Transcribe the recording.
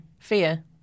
Fear